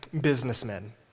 businessmen